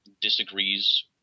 disagrees